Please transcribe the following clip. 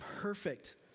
perfect